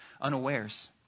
unawares